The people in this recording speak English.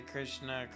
Krishna